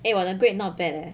eh 我的 grade not bad leh